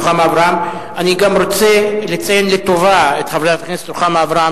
אני רוצה לציין לטובה את חברת הכנסת רוחמה אברהם,